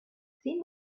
sin